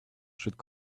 should